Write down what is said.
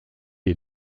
est